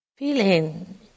Feeling